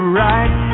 right